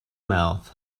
mouth